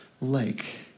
lake